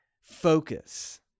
focus